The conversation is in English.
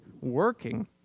working